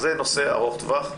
זה הנושא ארוך הטווח,